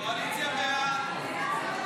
סעיפים